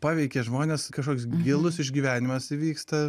paveikė žmones kažkoks gilus išgyvenimas įvyksta